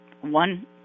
one